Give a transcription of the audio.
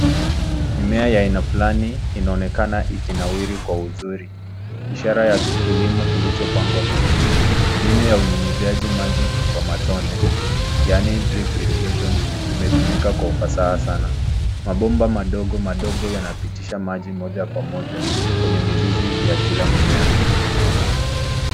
Mimea ya aina fulani inaonekana ikinawiri kwa uzuri ,ishara ya kilimo kilichopangwa vyema. Mbinu ya unyunyizaji wa matone yaani (cs)drip irrigation(cs)imetumika kwa ufasaha sana. Mabomba madogo madogo yanapitisha maji moja kwa moja kwenye mizizi ya kila mmea.